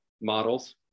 models